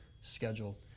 schedule